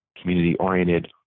community-oriented